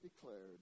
declared